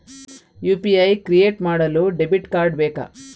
UPI create ಮಾಡಲು debit card ಬೇಕಾ?